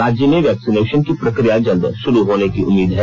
राज्य में वैक्सीनेशन की प्रक्रिया जल्द शुरू होने की उम्मीद है